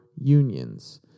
unions